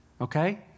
Okay